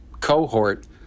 cohort